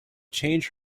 change